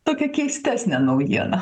tokia keistesnė naujiena